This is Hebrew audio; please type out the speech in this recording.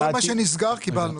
כל מה שנסגר קיבלנו.